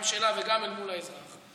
גם שלה וגם אל מול האזרח.